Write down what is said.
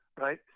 right